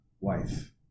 wife